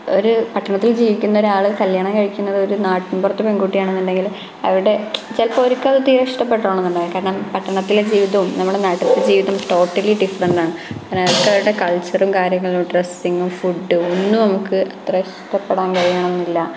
ഒരു പട്ടണത്തില് ജീവിക്കുന്ന ഒരാളെ കല്യാണം കഴിക്കുന്നത് ഒരു നാട്ടിന് പുറത്തെ പെണ്കുട്ടിയാണ് എന്നുണ്ടെങ്കിൽ അവിടെ ചിലപ്പോൾ അവർക്ക് അതൊക്കെ അവര്ക്ക് തീരെ ഇഷ്ടപ്പെടണം എന്നുണ്ടാവില്ല പട്ടണത്തിലെ ജീവിതവും നമ്മുടെ നാട്ടിലത്തെ ജീവിതവും ടോട്ടലി ഡിഫ്രന്റ് ആണ് അവര്ക്ക് അവരുടെ കള്ച്ചറും കാര്യങ്ങളും ഡ്രസ്സിങ്ങ് ഫുഡ് ഒന്നും നമുക്ക് അത്ര ഇഷ്ടപ്പെടാന് കഴിയണം എന്നില്ല